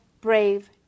brave